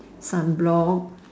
sunblock